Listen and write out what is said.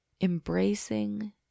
embracing